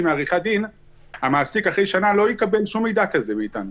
מעריכת דין המעסיק אחרי שנה לא יקבל שום מידע כזה מאיתנו.